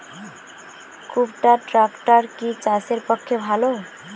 কুবটার ট্রাকটার কি চাষের পক্ষে ভালো?